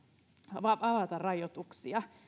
avata rajoituksia